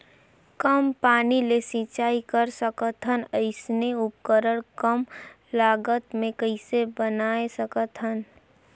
कम पानी ले सिंचाई कर सकथन अइसने उपकरण कम लागत मे कइसे बनाय सकत हन?